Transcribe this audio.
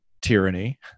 tyranny